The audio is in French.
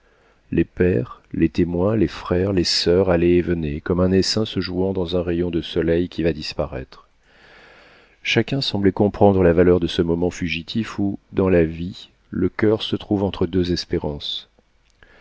les pères les témoins les frères les soeurs allaient et venaient comme un essaim se jouant dans un rayon de soleil qui va disparaître chacun semblait comprendre la valeur de ce moment fugitif où dans la vie le coeur se trouve entre deux espérances